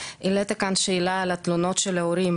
העלית כאן שאלה על התלונות של ההורים,